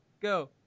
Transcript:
go